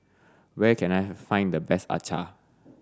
where can I find the best acar